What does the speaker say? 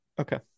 Okay